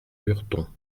lurton